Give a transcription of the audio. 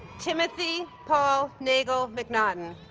timothy paul nagle-mcnaughton